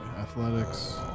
athletics